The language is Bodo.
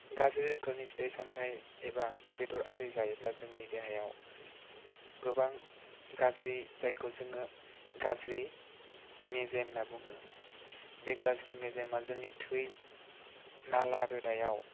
गाज्रि रोखोमनि फिथाइ सामथाय एबा बेदर आरि जायोब्ला जोंनि देहायाव गोबां गाज्रि जायखौ जोङो गाज्रि मेजेम होनना बुङो बे गाज्रि मेजेमा जोंनि थै नाला रोदायाव